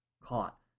caught